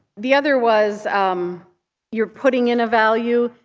the other was um you're putting in a value.